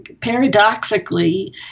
paradoxically